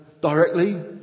directly